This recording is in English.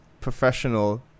professional